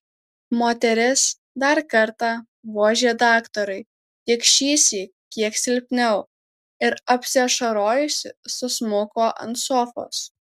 moteris dar kartą vožė daktarui tik šįsyk kiek silpniau ir apsiašarojusi susmuko ant sofos